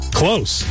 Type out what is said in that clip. close